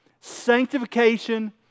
sanctification